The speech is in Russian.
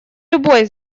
любой